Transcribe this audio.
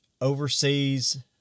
oversees